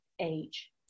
age